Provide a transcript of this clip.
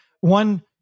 one